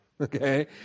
okay